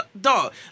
dog